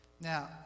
now